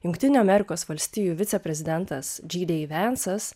jungtinių amerikos valstijų viceprezidentas džy dei vensas